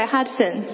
Hudson